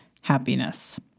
happiness